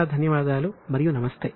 చాలా ధన్యవాదాలు మరియు నమస్తే